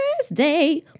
Thursday